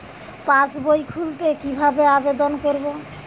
পাসবই খুলতে কি ভাবে আবেদন করব?